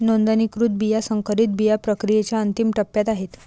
नोंदणीकृत बिया संकरित बिया प्रक्रियेच्या अंतिम टप्प्यात आहेत